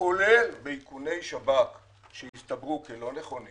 כולל באיכוני שב"כ, שהסתברו כלא נכונים